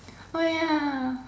oh ya